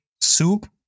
soup